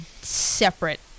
separate